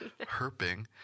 herping –